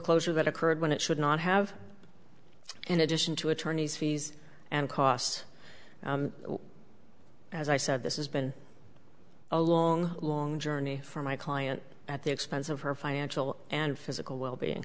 closure that occurred when it should not have in addition to attorneys fees and costs as i said this is been a long long journey for my client at the expense of her financial and physical well being